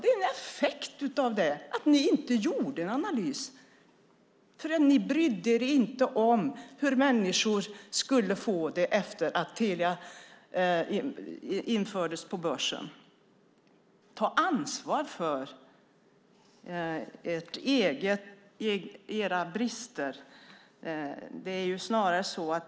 Det är en effekt av att ni inte gjorde en analys. Ni brydde er inte om hur människor skulle få det efter att Telia infördes på börsen. Ta ansvar för era egna brister!